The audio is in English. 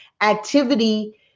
activity